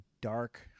dark